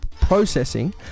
processing